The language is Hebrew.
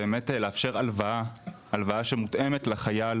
זה באמת לאפשר הלוואה שמותאמת לחייל,